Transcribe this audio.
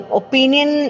opinion